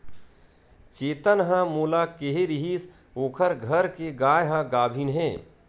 चेतन ह मोला केहे रिहिस ओखर घर के गाय ह गाभिन हे